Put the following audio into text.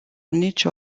nicio